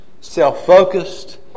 self-focused